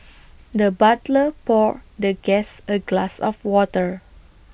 the butler poured the guest A glass of water